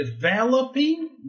developing